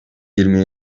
yirmiye